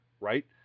right